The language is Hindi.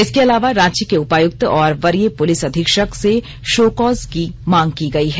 इसके अलावा रांची के उपायुक्त और वरीय पुलिस अधीक्षक से शो कॉज की मांग की गई है